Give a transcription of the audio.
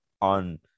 on